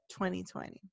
2020